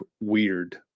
weird